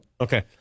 Okay